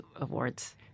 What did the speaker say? Awards